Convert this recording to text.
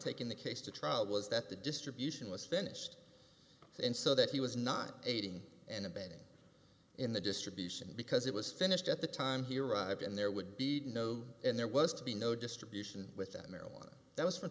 taking the case to trial was that the distribution was finished and so that he was not aiding and abetting in the distribution because it was finished at the time here i've been there would be no and there was to be no distribution within maryland that was f